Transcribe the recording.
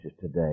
today